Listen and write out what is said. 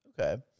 Okay